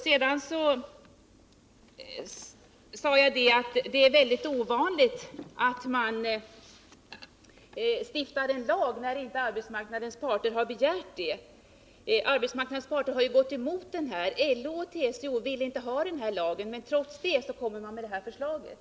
Jag sade också att det är mycket ovanligt att man stiftar en lag när arbetsmarknadens parter inte har begärt det. Arbetsmarknadens parter har ju gått emot den här lagen. LO och TCO vill inte ha lagen, men trots det Nr 52 lägger man fram det här förslaget.